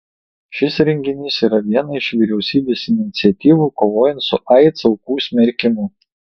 šis renginys yra viena iš vyriausybės iniciatyvų kovojant su aids aukų smerkimu